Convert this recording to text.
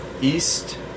east